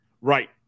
Right